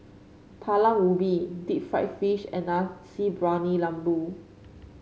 Talam Ubi Deep Fried Fish and Nasi Briyani Lembu